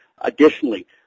Additionally